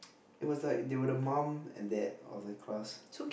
it was like they were the mom and dad of the class